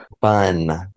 Fun